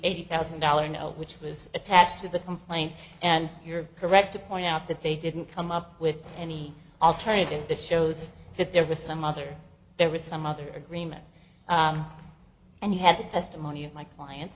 eighty thousand dollars note which was attached to the complaint and you're correct to point out that they didn't come up with any alternative that shows that there was some other there was some other agreement and you have the testimony of my clients